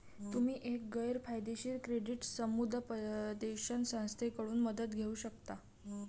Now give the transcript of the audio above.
तुम्ही एक गैर फायदेशीर क्रेडिट समुपदेशन संस्थेकडून मदत घेऊ शकता